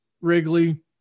Wrigley